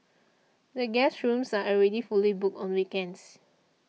the guest rooms are already fully booked on weekends